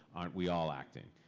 aren't we all acting?